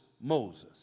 Moses